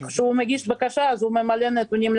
כשהוא מגיש בקשה הוא ממלא נתונים,